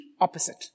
opposite